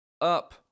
up